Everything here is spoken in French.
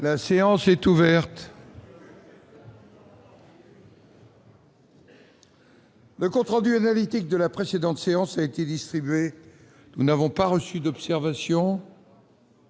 La séance est ouverte.. Le compte rendu analytique de la précédente séance a été distribué. Il n'y a pas d'observation